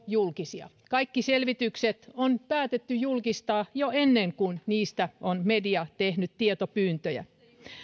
julkisia kaikki selvitykset on päätetty julkistaa jo ennen kuin niistä on media tehnyt tietopyyntöjä